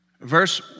Verse